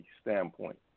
standpoint